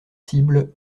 cibles